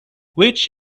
which